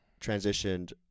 transitioned